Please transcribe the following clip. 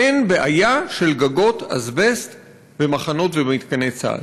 אין בעיה של גגות אזבסט במחנות ובמתקני צה"ל?